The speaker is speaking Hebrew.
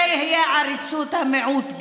זו תהיה גם עריצות המיעוט.